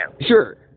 Sure